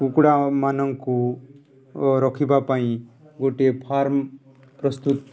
କୁକୁଡ଼ାମାନଙ୍କୁ ରଖିବା ପାଇଁ ଗୋଟିଏ ଫାର୍ମ ପ୍ରସ୍ତୁତ